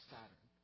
Saturn